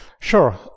Sure